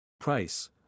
Price